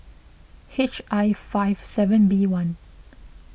H I five seven B one